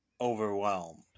overwhelmed